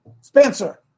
Spencer